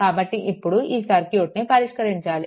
కాబట్టి ఇప్పుడు ఈ సర్క్యూట్ ని పరిష్కరించాలి